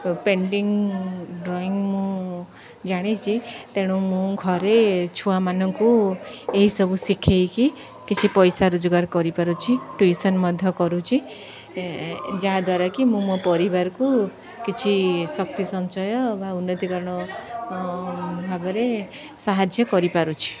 painting drawing ମୁଁ ଜାଣିଛି ତେଣୁ ମୁଁ ଘରେ ଛୁଆମାନଙ୍କୁ ଏହିସବୁ ଶିଖାଇକି କିଛି ପଇସା ରୋଜଗାର କରିପାରୁଛି ଟିଉସନ୍ ମଧ୍ୟ କରୁଛି ଯାହା ଦ୍ୱାରାକି ମୁଁ ମୋ ପରିବାରକୁ କିଛି ଶକ୍ତି ସଞ୍ଚୟ ବା ଉନ୍ନତିକରଣ ଭାବରେ ସାହାଯ୍ୟ କରିପାରୁଛି